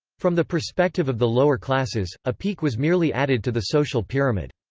from the perspective of the lower classes, a peak was merely added to the social pyramid.